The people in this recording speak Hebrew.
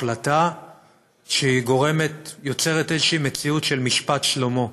החלטה שיוצרת איזושהי מציאות של משפט שלמה,